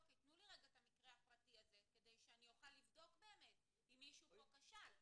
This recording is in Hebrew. תנו לי את המקרה הפרטי הזה כדי שאני אוכל לבדוק אם מישהו פה כשל.